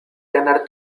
ganar